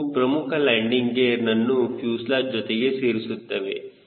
ಇವು ಪ್ರಮುಖ ಲ್ಯಾಂಡಿಂಗ್ ಗೇರ್ನನ್ನು ಫ್ಯೂಸೆಲಾಜ್ ಜೊತೆಗೆ ಸೇರಿಸುತ್ತವೆ